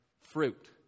fruit